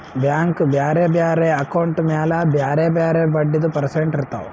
bank ಬ್ಯಾರೆ ಬ್ಯಾರೆ account ಮ್ಯಾಲ ಬ್ಯಾರೆ ಬ್ಯಾರೆ ಬಡ್ಡಿದು ಪರ್ಸೆಂಟ್ ಇರ್ತಾವ್